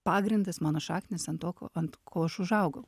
pagrindas mano šaknys ant tokio ant ko aš užaugau